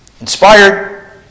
inspired